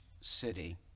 city